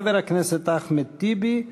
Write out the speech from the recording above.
חבר הכנסת אחמד טיבי,